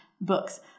books